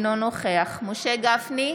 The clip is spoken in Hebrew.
אינו נוכח משה גפני,